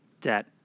debt